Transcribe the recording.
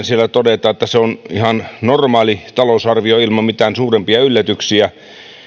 siellä todetaan että se on ihan normaali talousarvio ilman mitään suurempia yllätyksiä